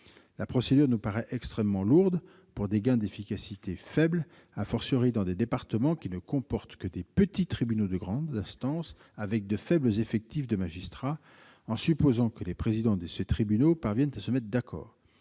La procédure nous paraît extrêmement lourde, pour des gains d'efficacité faible, dans des départements qui ne comportent que des petits tribunaux de grande instance, avec de faibles effectifs de magistrats, en supposant que les présidents de ces tribunaux parviennent à se mettre d'accord